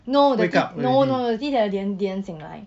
no the 弟弟 didn't didn't 醒来